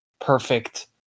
perfect